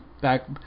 back